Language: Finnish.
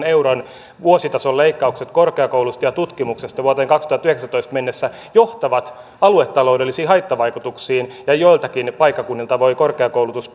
euron vuositason leikkaukset korkeakouluista ja ja tutkimuksesta vuoteen kaksituhattayhdeksäntoista mennessä johtavat aluetaloudellisiin haittavaikutuksiin ja joiltakin paikkakunnilta voi korkeakoulutus